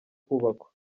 kubakwa